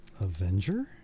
Avenger